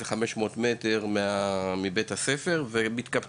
במרחק של בערך 500 מטר מבית הספר ומצטרפים